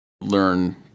learn